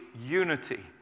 unity